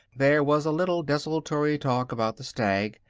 there was a little desultory talk about the stag.